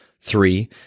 Three